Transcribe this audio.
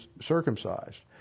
circumcised